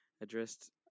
addressed